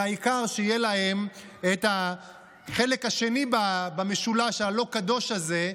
והעיקר שיהיה להם את החלק השני במשולש הלא-קדוש הזה,